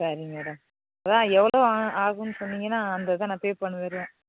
சரி மேடம் அதான் எவ்வளோ ஆ ஆகும்னு சொன்னீங்கன்னா அந்த இதை நான் பே பண்ணிவிடுவேன்